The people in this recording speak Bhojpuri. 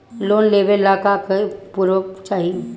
लोन लेबे ला का का पुरुफ लागि?